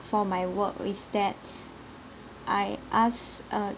for my work is that I asked uh